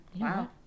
Wow